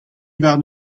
warn